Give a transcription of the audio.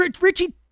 Richie